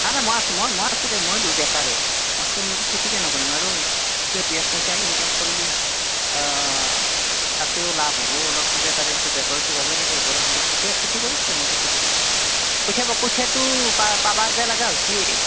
নাই নাই মই আছোঁ মই মই আছোঁ দে মইতো বেকাৰেই মই তোৰ লগত খেতি কিয় নকৰিম আৰু দুই এক পইচায়েই ইনকাম কৰিলে তাতেও লাভ হ'ব অলপ কিবা তাৰে পিছত বেপাৰততো যাবই লাগিব বেপাৰৰ সময়ত এতিয়া খেতি কৰিমদে মই খেতি কৰিম কইঠা কইঠাতো পাবা পাৰিব লগা হৈছেয়ে